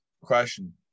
question